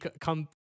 come